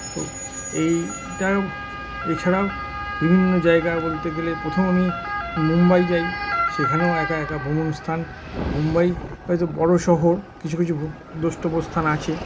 তো এইটা এছাড়াও বিভিন্ন জায়গা বলতে গেলে প্রথমে আমি মুম্বাই যাই সেখানেও একা একা ভ্রমণ স্থান মুম্বাই এতো বড়ো শহর কিছু কিছু দ্রষ্টব্য স্থান আছে